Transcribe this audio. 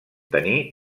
tenir